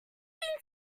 been